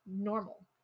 normal